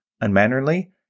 unmannerly